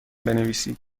بنویسید